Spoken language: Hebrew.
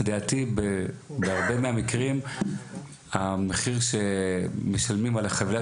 לדעתי בהרבה מהמקרים המחיר שמשלמים על החבילה